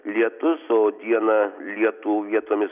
lietus o dieną lietų vietomis